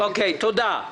תודה.